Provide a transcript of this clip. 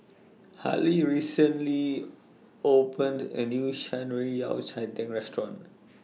Harding recently opened A New Shan Rui Yao Cai Tang Restaurant